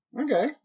Okay